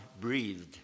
breathed